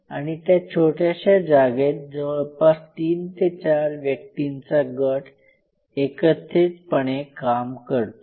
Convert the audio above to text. आणि त्या छोट्याशा जागेत जवळपास तीन ते चार व्यक्तींचा गट एकत्रितपणे काम करतो